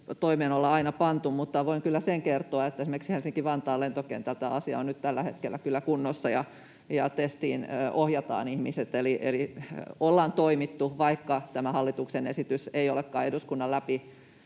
toimeen aina pantu. Mutta voin kyllä sen kertoa, että esimerkiksi Helsinki-Vantaan lentokentällä tämä asia on nyt tällä hetkellä kunnossa ja testiin ohjataan ihmiset, eli ollaan toimittu, vaikka tämä hallituksen esitys ei olekaan eduskunnan läpi